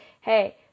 hey